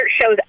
shows